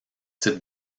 types